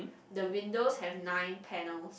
the windows have nine panel